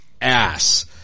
ass